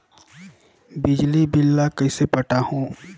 बिजली बिल ल कइसे पटाहूं?